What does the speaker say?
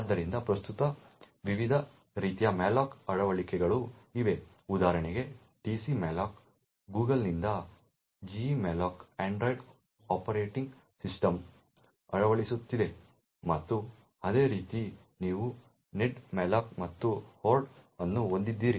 ಆದ್ದರಿಂದ ಪ್ರಸ್ತುತ ವಿವಿಧ ರೀತಿಯ malloc ಅಳವಡಿಕೆಗಳು ಇವೆ ಉದಾಹರಣೆಗೆ tcmalloc Google ನಿಂದ jemalloc android ಆಪರೇಟಿಂಗ್ ಸಿಸ್ಟಂಗಳಲ್ಲಿ ಅಳವಡಿಸುತ್ತಿದೆ ಮತ್ತು ಅದೇ ರೀತಿ ನೀವು nedmalloc ಮತ್ತು Hoard ಅನ್ನು ಹೊಂದಿದ್ದೀರಿ